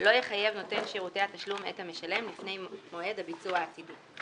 לא יחייב נותן שירותי התשלום את המשלם לפני מועד הביצוע העתידי.